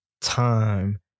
time